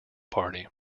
party